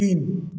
तीन